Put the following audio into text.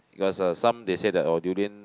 because uh some they say that oh durian